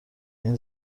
این